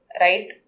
Right